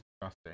disgusting